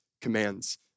commands